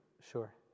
sure